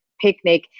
picnic